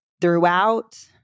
throughout